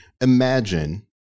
imagine